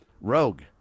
rogue